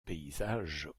paysage